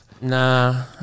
Nah